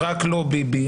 "רק לא ביבי",